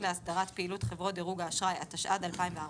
להסדרת פעילות חברות דירוג האשראי התשע"ד-2014,